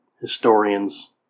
historians